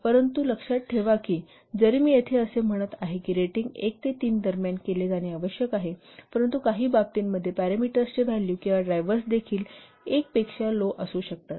परंतु कृपया लक्षात ठेवा जरी मी येथे असे म्हणत आहे की रेटिंग एक ते तीन दरम्यान केले जाणे आवश्यक आहेपरंतु काही बाबतींमध्ये पॅरामीटर्सचे व्हॅल्यू किंवा ड्रायव्हर्स देखील 1 पेक्षा लो असू शकतात